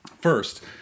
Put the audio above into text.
First